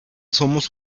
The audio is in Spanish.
somos